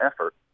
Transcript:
effort